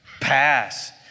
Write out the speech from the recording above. Pass